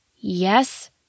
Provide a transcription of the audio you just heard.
yes